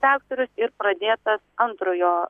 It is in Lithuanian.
reaktorius ir pradėtas antrojo